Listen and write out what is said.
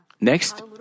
Next